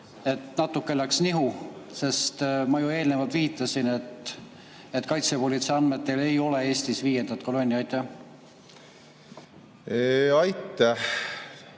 et natuke läks nihu. Sest ma ju eelnevalt viitasin, et kaitsepolitsei andmetel ei ole Eestis viiendat kolonni. Aitäh!